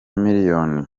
miliyoni